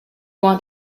want